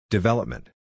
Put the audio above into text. Development